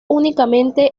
únicamente